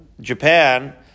Japan